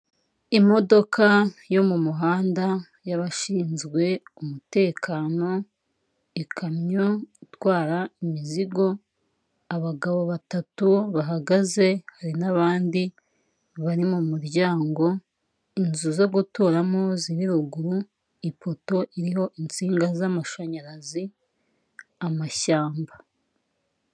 Imodoka yo mumuhanda y'abashinzwe umutekano, ikamyo itwara imizigo abagabo batatu bahagaze, hari n'abandi bari mu muryango, inzu zo guturamo ziri ruguru, ipoto iriho insinga z'amashanyarazi, amashyamba.